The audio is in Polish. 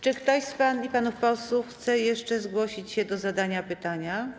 Czy ktoś z pań i panów posłów chce jeszcze zgłosić się do zadania pytania?